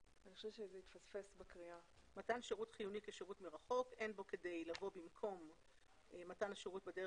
הכוונה היא שיש שירות שניתן כאן כשירות מרחוק על פי החוק,